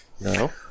No